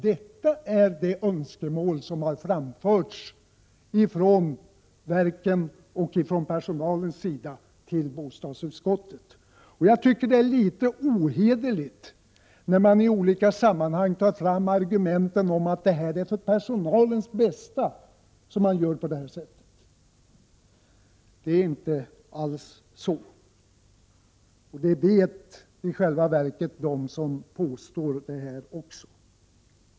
Det är det önskemål som framförts från verkens och personalens sida till bostadsutskottet. Jag tycker det är litet ohederligt att i olika sammanhang framföra argumentet att det är för personalens bästa som man gör på det här sättet. Det är inte alls så, och det vet i själva verket också de som framför det argumentet.